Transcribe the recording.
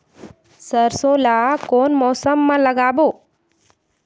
सरसो ला कोन मौसम मा लागबो?